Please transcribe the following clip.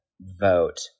vote